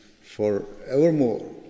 forevermore